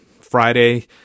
Friday